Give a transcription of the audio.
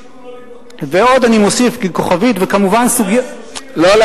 את שר השיכון לא לבנות בירושלים,